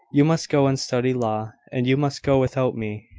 you must go and study law, and you must go without me.